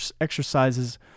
exercises